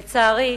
לצערי,